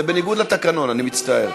זה בניגוד לתקנון, אני מצטער.